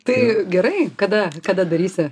tai gerai kada kada darysi